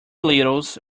littles